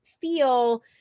feel